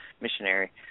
missionary